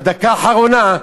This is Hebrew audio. בדקה האחרונה,